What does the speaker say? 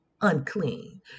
unclean